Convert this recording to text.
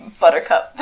buttercup